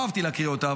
שלא אהבתי להקריא אותה,